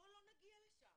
בואו לא נגיע לשם,